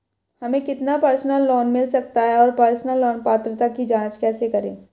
हमें कितना personal loan मिल सकता है और पर्सनल लोन पात्रता की जांच कैसे करें?